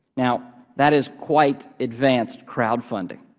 now that is quite advanced crowdfunding.